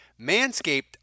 Manscaped